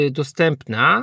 dostępna